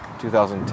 2010